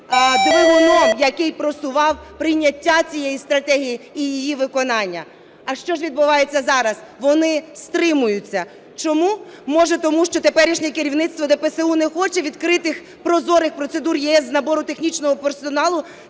двигуном, який просував прийняття цієї стратегії і її виконання. А що ж відбувається зараз? Вони стримуються. Чому? Може, тому що теперішнє керівництво ДПСУ не хоче відкритих, прозорих процедур ЄС з набору технічного персоналу